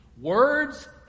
Words